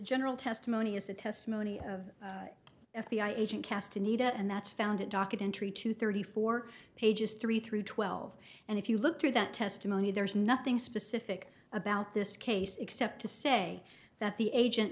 general testimony is the testimony of f b i agent cast anita and that's found in docket entry to thirty four pages three through twelve and if you look through that testimony there is nothing specific about this case except to say that the agent